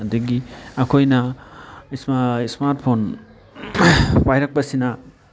ꯑꯗꯒꯤ ꯑꯩꯈꯣꯏꯅ smart phone ꯄꯥꯏꯔꯛꯄꯁꯤꯅ